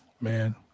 Man